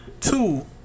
two